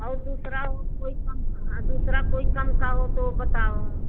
और दूसरा कोई कम और दूसरा कोई कम का हो तो बताओ